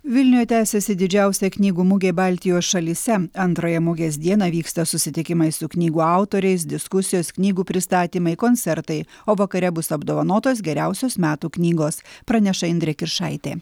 vilniuje tęsiasi didžiausia knygų mugė baltijos šalyse antrąją mugės dieną vyksta susitikimai su knygų autoriais diskusijos knygų pristatymai koncertai o vakare bus apdovanotos geriausios metų knygos praneša indrė kiršaitė